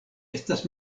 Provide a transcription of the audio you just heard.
estas